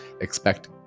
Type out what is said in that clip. expect